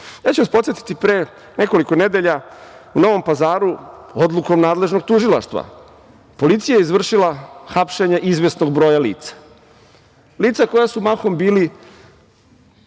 vas, pre nekoliko nedelja u Novom Pazaru, odlukom nadležnog Tužilaštva, policija je izvršila hapšenje izvesnog broja lica, lica koja su mahom bili